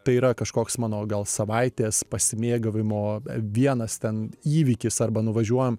tai yra kažkoks mano gal savaitės pasimėgavimo vienas ten įvykis arba nuvažiuojam